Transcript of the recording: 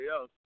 else